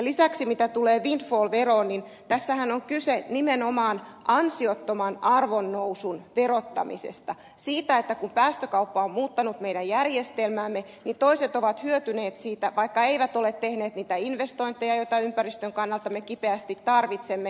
lisäksi mitä tulee windfall veroon niin tässähän on kyse nimenomaan ansiottoman arvonnousun verottamisesta siitä että kun päästökauppa on muuttanut meidän järjestelmäämme niin toiset ovat hyötyneet siitä vaikka eivät ole tehneet niitä investointeja joita ympäristön kannalta me kipeästi tarvitsemme